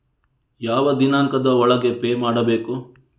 ಯಾವ ದಿನಾಂಕದ ಒಳಗೆ ಪೇ ಮಾಡಬೇಕು?